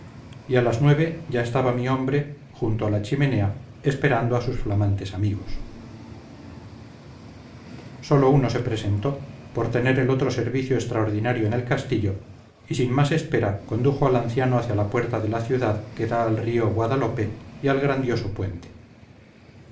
y a las nueve ya estaba mi hombre junto a la chimenea esperando a sus flamantes amigos sólo uno se presentó por tener el otro servicio extraordinario en el castillo y sin más espera condujo al anciano hacia la puerta de la ciudad que da al río guadalope y al grandioso puente